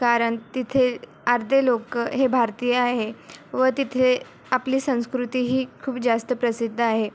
कारण तिथे आर्धे लोकं हे भारतीय आहे व तिथे आपली संस्कृतीही खूप जास्त प्रसिद्ध आहे